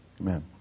Amen